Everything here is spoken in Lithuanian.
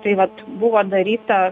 tai vat buvo daryta